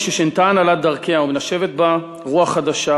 מששינתה ההנהלה את דרכיה ומנשבת בה רוח חדשה,